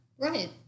Right